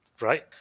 Right